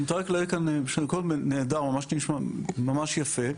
אם מותר רק, הכול נהדר, התרגשתי לשמוע, ממש יפה,